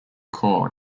core